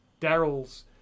Daryl's